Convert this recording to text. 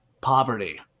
poverty